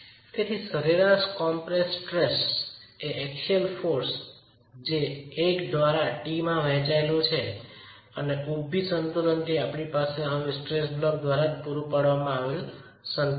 તેથી સરેરાશ compressed stress એ એક્સિયલ બળ છે જે l દ્વારા t માં વહેંચાયેલું છે અને ઊભી સંતુલનથી આપણી પાસે હવે સ્ટ્રેસ બ્લોક દ્વારા જ પૂરી પાડવામાં આવેલ સંતુલન છે